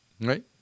Right